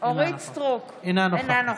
פוגעים בכול, תפסיק להפריע לי, בבקשה.